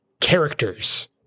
characters